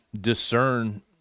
discern